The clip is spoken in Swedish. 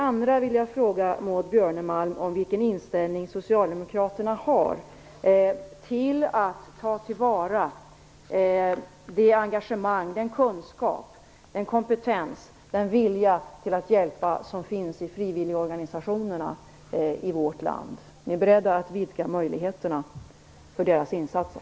Vidare vill jag fråga Maud Björnemalm vilken inställning socialdemokraterna har till att ta till vara det engagemang, den kunskap, den kompetens, den vilja att hjälpa som finns i frivilligorganisationerner i vårt land. Är ni beredda att vidga möjligheterna för deras insatser?